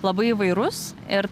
labai įvairus ir